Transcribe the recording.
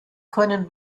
können